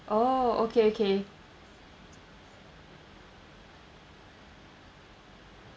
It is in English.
oh okay okay